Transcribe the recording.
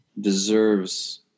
deserves